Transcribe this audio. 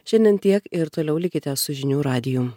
šiandien tiek ir toliau likite su žinių radiju